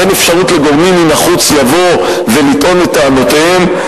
אין אפשרות לגורמים מן החוץ לבוא ולטעון את טענותיהם,